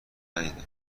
ندیده